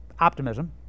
Optimism